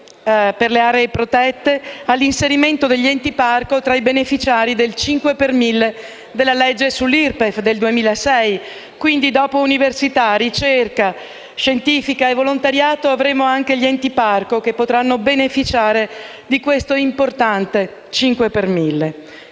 per le aree protette all’inserimento degli enti parco tra i beneficiari del cinque per mille della legge sull’IRPEF del 2006: dopo università, ricerca scientifica e volontariato, avremo anche gli enti parco che potranno beneficiare di questo importante cinque per mille.